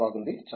చాలా బాగుంది